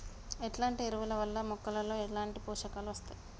ఎట్లాంటి ఎరువుల వల్ల మొక్కలలో ఎట్లాంటి పోషకాలు వత్తయ్?